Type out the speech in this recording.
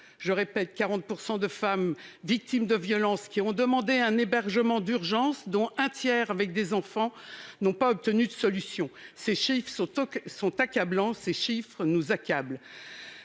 que près de 40 % des femmes victimes de violences qui ont demandé un hébergement d'urgence, dont un tiers ayant un enfant, n'ont pas obtenu de solution. Ces chiffres sont accablants, et ils nous accablent.